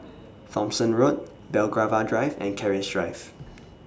Thomson Road Belgravia Drive and Keris Drive